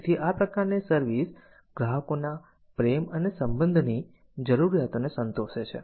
તેથી આ પ્રકારની સર્વિસ ગ્રાહકોના પ્રેમ અને સંબંધ ની જરૂરિયાતોને સંતોષે છે